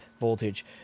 voltage